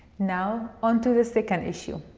now, on to the second issue.